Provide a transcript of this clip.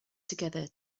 together